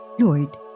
Lord